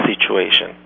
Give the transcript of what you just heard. situation